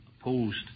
opposed